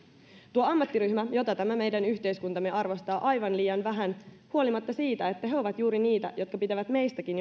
tuo ammattiryhmä jota tämä meidän yhteiskuntamme arvostaa aivan liian vähän huolimatta siitä että he he ovat juuri niitä jotka pitävät meistäkin